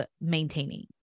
maintaining